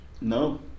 no